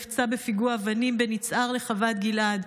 נפצע בפיגוע אבנים בין יצהר לחוות גלעד.